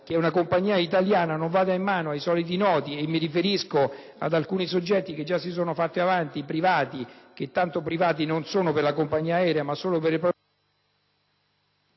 che una compagnia italiana non debba andare in mano ai soliti noti, e mi riferisco ad alcuni soggetti che già si sono fatti avanti, (privati che tanto privati non sono per la compagnia marittima, ma solo per le proprie